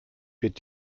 wird